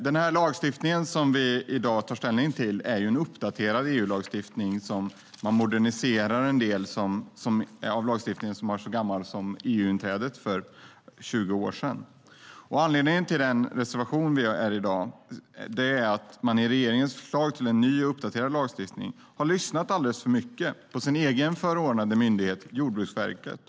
Den lagstiftning som vi i dag tar ställning till är en uppdaterad EU-lagstiftning som man moderniserar en del av. Lagstiftningen är så gammal att den har funnits sedan EU-inträdet för 20 år sedan. Anledningen till den reservation Vänsterpartiet har i dag är att man i regeringens förslag till en ny och uppdaterad lagstiftning har lyssnat alldeles för mycket på sin egen förordnade myndighet, Jordbruksverket.